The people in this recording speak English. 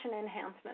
enhancement